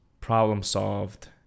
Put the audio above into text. problem-solved